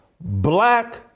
black